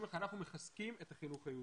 איך אנחנו מחזקים את החינוך היהודי.